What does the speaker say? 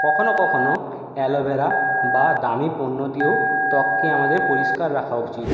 কখনো কখনো অ্যালোভেরা বা দামি পণ্য দিয়েও ত্বককে আমাদের পরিষ্কার রাখা উচিৎ